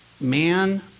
man